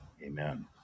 Amen